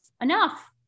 Enough